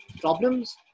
problems